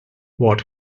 what